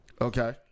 Okay